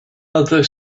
other